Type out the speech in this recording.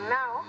now